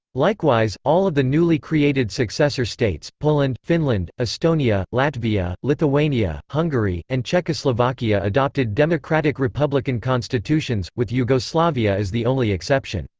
likewise, all of the newly created successor states poland, finland, estonia, latvia, lithuania, hungary, and czechoslovakia adopted democratic-republican constitutions, with yugoslavia as the only exception.